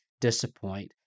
disappoint